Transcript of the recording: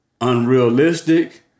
unrealistic